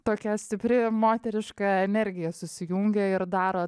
tokia stipri moteriška energija susijungia ir daro